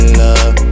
love